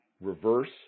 Reverse